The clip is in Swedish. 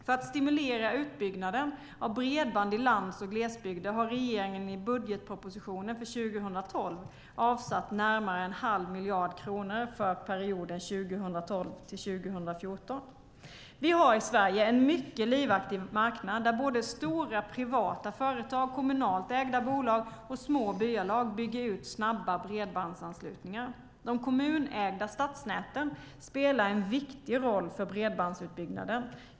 För att stimulera utbyggnaden av bredband i lands och glesbygder har regeringen i budgetpropositionen för 2012 avsatt närmare en halv miljard kronor för perioden 2012-2014. Vi har i Sverige en mycket livaktig marknad där både stora privata företag, kommunalt ägda bolag och små byalag bygger ut snabba bredbandsanslutningar. De kommunägda stadsnäten spelar en viktig roll för bredbandsutbyggnaden.